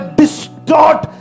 distort